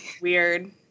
weird